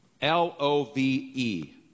L-O-V-E